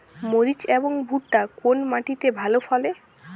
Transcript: মরিচ এবং ভুট্টা কোন মাটি তে ভালো ফলে?